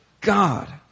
God